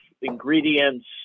ingredients